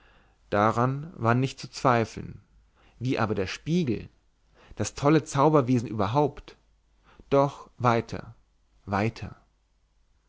daran war nicht zu zweifeln wie aber der spiegel das tolle zauberwesen überhaupt doch weiter weiter